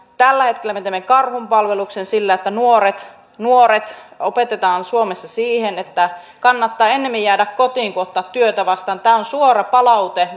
tällä hetkellä me teemme karhunpalveluksen sillä että nuoret nuoret opetetaan suomessa siihen että kannattaa ennemmin jäädä kotiin kuin ottaa työtä vastaan tämä on suora palaute